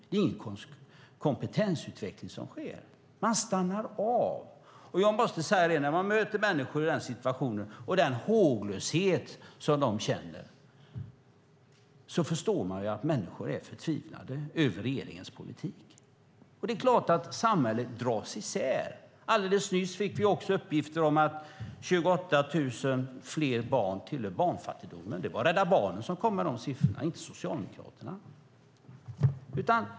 Det är ingen kompetensutveckling som sker. Man stannar av. Jag måste säga att när man möter människor i den situationen och möter den håglöshet som de känner förstår man att människor är förtvivlade över regeringens politik. Det är klart att samhället dras isär. Alldeles nyss fick vi också uppgifter om att det är 28 000 fler barn som är drabbade av barnfattigdomen. Det var Rädda Barnen som kom med de siffrorna, inte Socialdemokraterna.